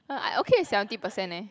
uh I okay with seventy percent eh